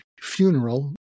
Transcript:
funeral